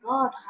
God